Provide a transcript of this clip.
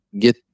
get